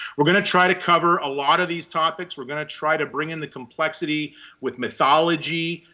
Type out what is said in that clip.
we're going to try to cover a lot of these topics. we're going to try to bring in the complexity with mythology,